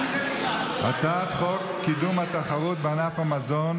הצעת חוק קידום התחרות בענף המזון,